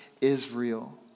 Israel